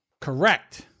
Correct